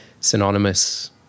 synonymous